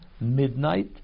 Midnight